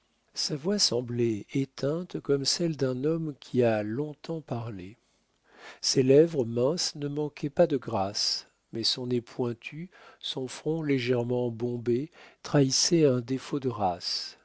sa voix semblait éteinte comme celle d'un homme qui a long-temps parlé ses lèvres minces ne manquaient pas de grâce mais son nez pointu son front légèrement bombé trahissaient un défaut de